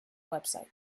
website